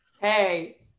hey